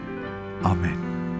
Amen